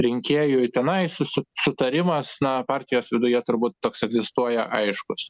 rinkėjų tenai su sutarimas na partijos viduje turbūt toks egzistuoja aiškus